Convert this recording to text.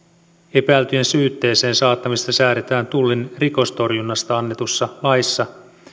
epäiltyjen syytteeseen saattamisesta säädetään tullin rikostorjunnasta annetussa laissa